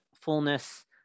fullness